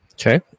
okay